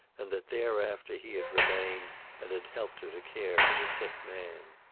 and that thereafter he had remained and had helped her to care for the sick man.